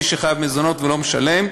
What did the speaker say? מי שחייב מזונות ולא משלם,